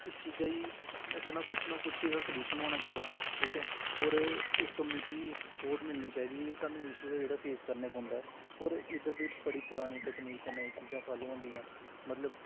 इस चीज़ां गी में आक्खा ना कुछ ना कुछ सैल्यूशल होना चाहिदा एह्दा होर कम्यूनिटी गी स्पोर्ट मिलनी चाहिदी सानूं इशू दा जेह्ड़ा फे स करना पौंदा ऐ होर इद्धर दी बड़ी पुरानी तकनीक कन्नै एह् चीज़ां फॉलो होंदियां न मतलब